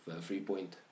three-point